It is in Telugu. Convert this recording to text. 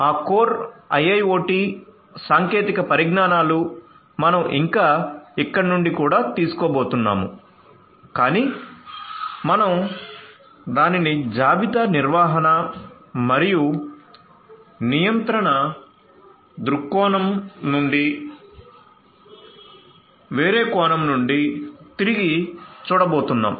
ఆ కోర్ IIoT సాంకేతిక పరిజ్ఞానాలు మనం ఇంకా ఇక్కడ నుండి కూడా తీసుకోబోతున్నాము కాని మనం దానిని జాబితా నిర్వహణ మరియు నియంత్రణ దృక్కోణం నుండి వేరే కోణం నుండి తిరిగి చూడబోతున్నాం